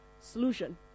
solution